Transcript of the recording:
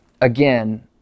again